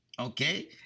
Okay